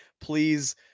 Please